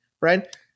right